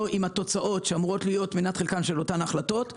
עם התוצאות שאמורות להיות מנת חלקן של אותן החלטות.